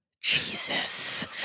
Jesus